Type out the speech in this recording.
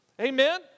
Amen